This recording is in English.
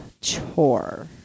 chore